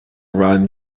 run